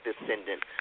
descendant